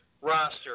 roster